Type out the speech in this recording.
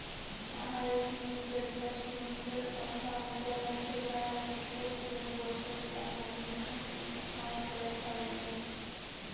পাহাড়ের মইধ্যত বা সমুদ্রর অথাও ঝলঝলা উপকূলত বর্ষা দিয়া হালি গাঁথি মাছ ধরার চইল